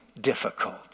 difficult